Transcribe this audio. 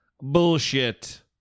bullshit